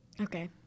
Okay